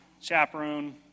chaperone